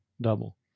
double